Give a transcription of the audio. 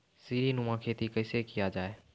सीडीनुमा खेती कैसे किया जाय?